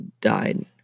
died